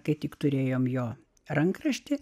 kai tik turėjome jo rankraštį